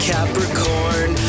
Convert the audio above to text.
Capricorn